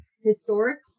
historic